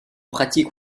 pratique